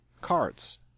cards